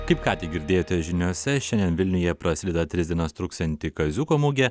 kaip ką tik girdėjote žiniose šiandien vilniuje prasideda tris dienas truksianti kaziuko mugė